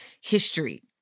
history